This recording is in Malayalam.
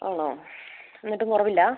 ആണോ എന്നിട്ടും കുറവില്ലെ